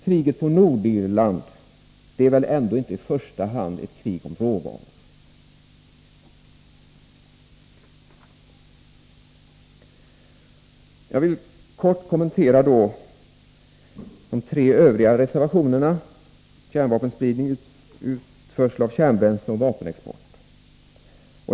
Kriget på Nordirland är väl inte i första hand ett krig om råvaror? Jag skall så kort kommentera de tre övriga reservationerna om kärnvapenspridning, utförsel av kärnbränsle och vapenexport.